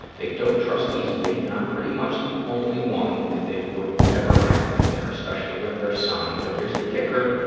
they don't trust easily, and i'm pretty much the only one that they would ever have live there, especially with their son. but here's the kicker.